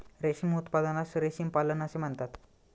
रेशीम उत्पादनास रेशीम पालन असे म्हणतात